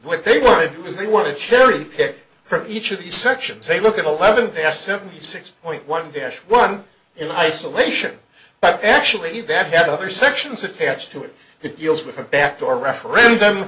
what they want to do is they want to cherry pick from each of the sections they look at eleven past seventy six point one dash one in isolation but actually that had other sections attached to it to deals with a back door referendum